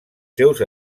seus